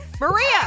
Maria